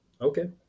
Okay